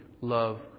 love